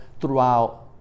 throughout